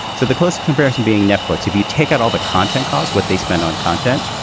so the close comparison being netflix, if you take out all the content costs, what they spend on content,